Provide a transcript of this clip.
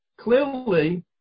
Clearly